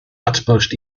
utmost